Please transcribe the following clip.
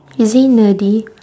is he nerdy